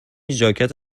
ژاکت